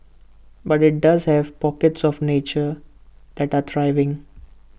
but IT does have pockets of nature that are thriving